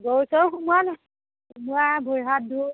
গৰু চৰু সোমোৱালো সোমোৱাই ভৰি হাত ধুও